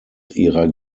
ihrer